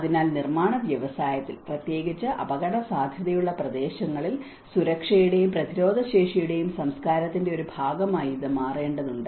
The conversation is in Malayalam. അതിനാൽ നിർമ്മാണ വ്യവസായത്തിൽ പ്രത്യേകിച്ച് അപകടസാധ്യതയുള്ള പ്രദേശങ്ങളിൽ സുരക്ഷയുടെയും പ്രതിരോധശേഷിയുടെയും സംസ്കാരത്തിന്റെ ഒരു പ്രധാന ഭാഗമായി ഇത് മാറേണ്ടതുണ്ട്